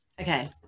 okay